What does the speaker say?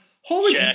holy